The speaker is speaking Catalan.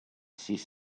sis